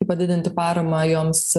padidinti paramą joms